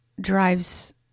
drives